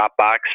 Dropbox